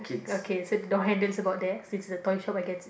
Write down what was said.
okay so door handles about there since the toy shop I guess